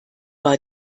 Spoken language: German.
war